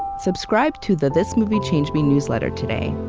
subscribe to the this movie changed me newsletter today,